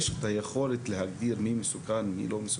יש את היכולת להגדיר מי מסוכן ומי לא,